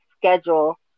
schedule